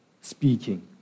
speaking